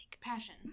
passion